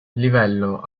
livello